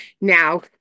Now